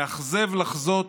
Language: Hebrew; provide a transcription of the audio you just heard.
מאכזב לחזות